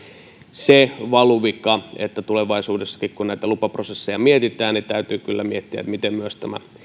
se valuvika että tulevaisuudessakin kun näitä lupaprosesseja mietitään täytyy kyllä miettiä miten myös tämä